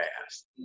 fast